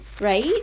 right